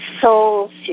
souls